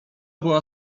była